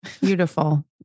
Beautiful